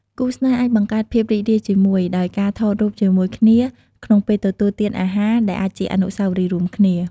គូស្នេហ៍អាចបង្កើតភាពរីករាយជាមួយ ដោយការថតរូបជាមួយគ្នាក្នុងពេលទទួលទានអាហារ ដែលអាចជាអនុស្សាវរីយ៍រួមគ្នា។